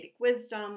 wisdom